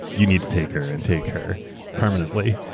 you need to take her and take her permanently.